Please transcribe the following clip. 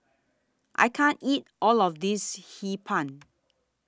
I can't eat All of This Hee Pan